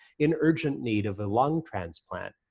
in urgent need of a lung transplant.